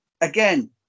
again